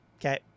Okay